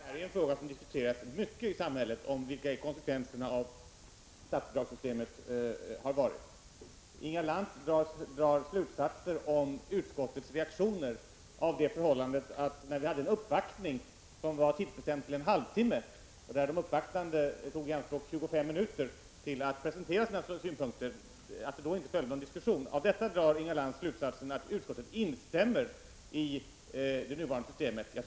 Herr talman! Det diskuteras mycket i samhället vilka konsekvenserna av statsbidragssystemet har varit. När vi hade uppvaktningen, som var tidsbestämd till en halvtimme, tog de uppvaktande 25 minuter i anspråk för att presentera sina synpunkter. Av det förhållandet att det inte följde någon diskussion i anslutning till den presentationen drar Inga Lantz slutsatsen att utskottet tycker att det nuvarande systemet är bra.